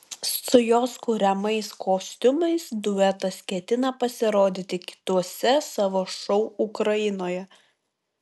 su jos kuriamais kostiumais duetas ketina pasirodyti kituose savo šou ukrainoje